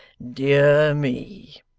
dear me